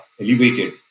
elevated